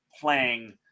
playing